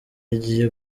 agiye